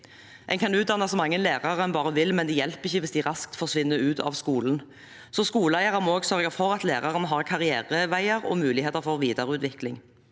En kan utdanne så mange lærere en bare vil, men det hjelper ikke hvis de raskt forsvinner ut av skolen. Skoleeiere må også sørge for at læreren har karriereveier og muligheter for videreutvikling.